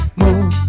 move